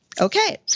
Okay